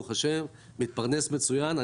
מתפרנס מצוין ברוך השם.